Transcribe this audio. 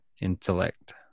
intellect